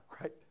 right